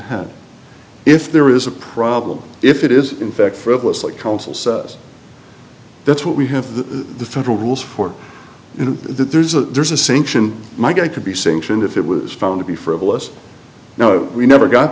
head if there is a problem if it is in fact frivolous like council so that's what we have the federal rules for you know there's a there's a sanction my guy could be sanctioned if it was found to be frivolous you know we never got